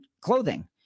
clothing